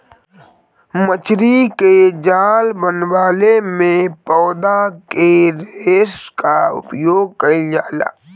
मछरी के जाल बनवले में पौधा के रेशा क उपयोग कईल जाला